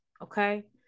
Okay